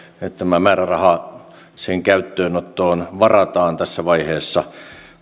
tämä määräraha sen käyttöönottoon varataan tässä vaiheessa